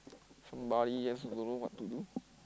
somebody just don't know what to do